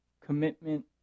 commitment